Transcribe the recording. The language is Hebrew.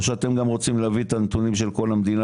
או שאתם רוצים להביא גם את כל הנתונים של המדינה.